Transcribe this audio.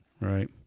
Right